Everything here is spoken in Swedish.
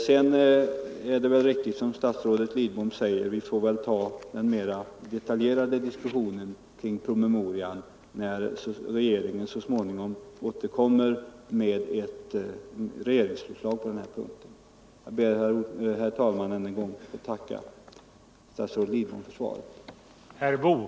Det är väl vidare riktigt, som statsrådet Lidbom säger, att vi får ta upp en mera detaljerad diskussion om promemorian när regeringen så småningom återkommer med ett regeringsförslag på denna punkt. Jag ber, herr talman, än en gång att få tacka statsrådet Lidbom för svaret på min interpellation.